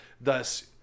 thus